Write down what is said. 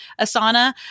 Asana